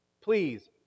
please